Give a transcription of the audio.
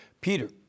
Peter